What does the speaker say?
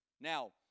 Now